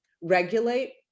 regulate